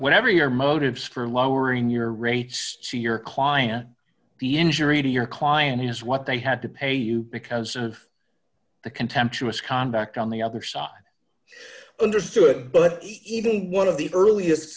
whatever your motives for lowering your rates to your client the injury to your client is what they had to pay you because of the contemptuous conduct on the other side understood but even one of the earliest